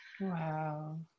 Wow